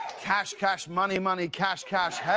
cash, cash, money, money, cash, cash, hey!